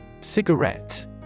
Cigarette